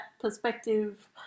perspective